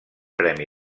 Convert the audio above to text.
premi